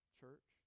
church